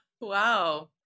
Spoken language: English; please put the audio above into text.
Wow